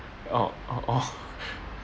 orh orh